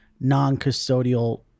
non-custodial